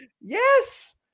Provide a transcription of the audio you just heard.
Yes